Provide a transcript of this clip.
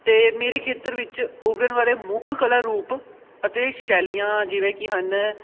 ਅਤੇ ਮੇਰੇ ਖੇਤਰ ਵਿੱਚ ਉਭਰਨ ਵਾਲੇ ਮੁੱਖ ਕਲਾ ਰੂਪ ਅਤੇ ਸ਼ੈਲੀਆਂ ਜਿਵੇਂ ਕਿ ਹਨ